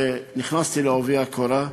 ונכנסתי בעובי הקורה.